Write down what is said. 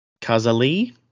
Kazali